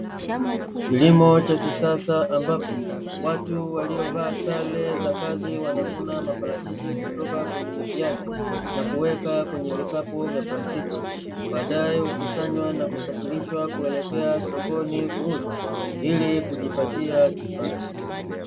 Kilimo cha kisasa ambapo watu waliovaa sare za kazi wanavuna maparachichi kutoka kwenye miti yake, na kuweka kwenye vikapu vya plastiki. Baadae hukusanywa na kusafirishwa kuelekea sokoni kuuzwa, ili kujipatia kipato.